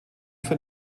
für